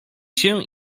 się